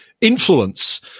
Influence